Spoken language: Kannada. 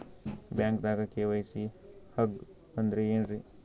ಬ್ಯಾಂಕ್ದಾಗ ಕೆ.ವೈ.ಸಿ ಹಂಗ್ ಅಂದ್ರೆ ಏನ್ರೀ?